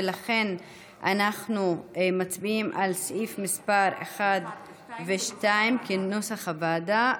ולכן אנחנו מצביעים על סעיפים מס' 1 ו-2 כנוסח הוועדה.